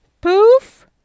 Poof